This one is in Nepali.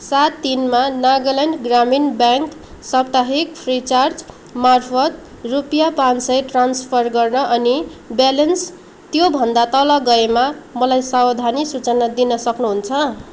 सात तिनमा नागाल्यान्ड ग्रामीण ब्याङ्क सप्ताहिक फ्रिचार्च मार्फत रुपियाँ पाँच सय ट्रान्सफर गर्न अनि ब्यलेन्स त्योभन्दा तल गएमा मलाई सावधानी सुचना दिन सक्नुहुन्छ